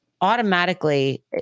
automatically